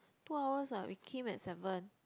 two hours what we came at seven